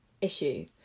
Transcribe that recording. issue